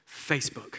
Facebook